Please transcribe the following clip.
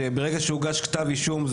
ברגע שהוגש כתב אישום,